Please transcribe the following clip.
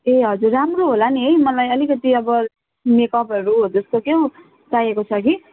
ए हजुर राम्रो होला नि है मलाई अलिकति अब मेकअपहरू हो त्यस्तो के हो चाहिएको छ कि